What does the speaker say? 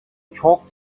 çok